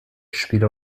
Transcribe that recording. spiele